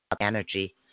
energy